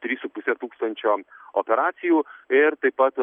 trys su puse tūkstančio operacijų ir taip pat